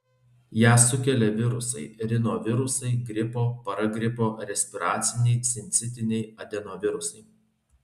ją sukelia virusai rinovirusai gripo paragripo respiraciniai sincitiniai adenovirusai